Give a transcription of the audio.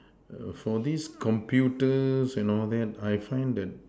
for this computers and all that I find that